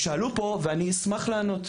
שאלו פה ואני אשמח לענות,